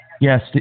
Yes